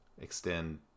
extend